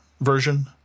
version